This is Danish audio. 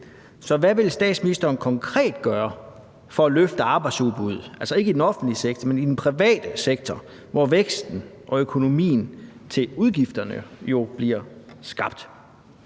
Så hvad vil statsministeren konkret gøre for at løfte arbejdsudbuddet, altså ikke i den offentlige sektor, men i den private sektor, hvor væksten og økonomien til udgifterne jo bliver skabt?